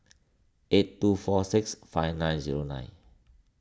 eight two four six five nine zero nine